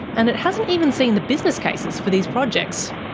and it hasn't even seen the business cases for these projects.